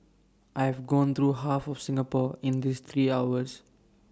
I have gone through half of Singapore in these three hours